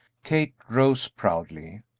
kate rose proudly.